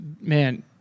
man